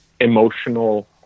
emotional